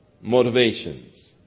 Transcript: motivations